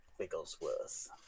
Bigglesworth